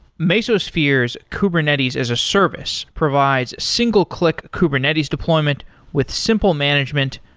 mesosphere's kubernetes as a service provides single-click kubernetes deployment with simple management,